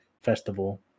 festival